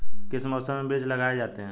किस मौसम में बीज लगाए जाते हैं?